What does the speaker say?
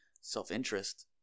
self-interest